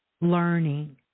learning